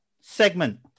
segment